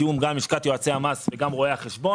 בתיאום עם לשכת יועצי המס ועם לשכת רואי החשבון.